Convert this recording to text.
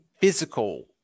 physical